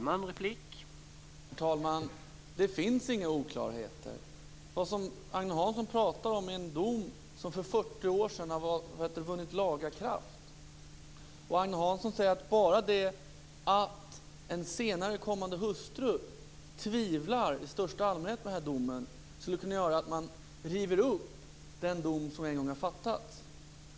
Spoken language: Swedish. Herr talman! Det finns inga oklarheter. Det Agne Hansson pratar om är en dom som för 40 år sedan har vunnit laga kraft. Agne Hansson säger att bara det att en senare hustru tvivlar på domen i största allmänhet skulle kunna göra att man river upp den dom som det en gång har fattats beslut om.